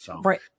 Right